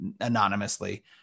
anonymously